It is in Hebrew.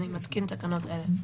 אני מתקין תקנות אלה: